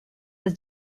his